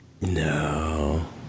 No